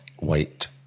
wait